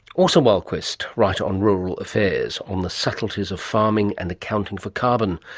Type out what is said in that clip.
asa wahlquist, writer on rural affairs, on the subtleties of farming and accounting for carbon.